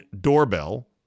doorbell